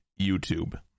YouTube